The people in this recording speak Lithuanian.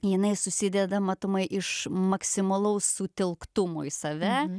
jinai susideda matomai iš maksimalaus sutelktumo į save